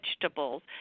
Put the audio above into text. vegetables